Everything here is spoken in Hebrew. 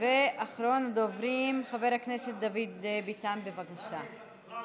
ואחרון הדוברים, חבר הכנסת דוד ביטן, בבקשה.